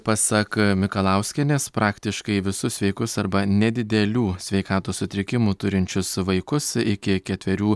pasak mikalauskienės praktiškai visus sveikus arba nedidelių sveikatos sutrikimų turinčius vaikus iki ketverių